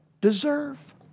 deserve